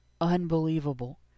unbelievable